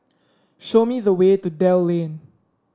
show me the way to Dell Lane